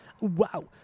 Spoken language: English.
Wow